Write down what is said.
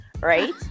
right